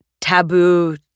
taboo